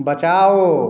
बचाओ